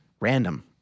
random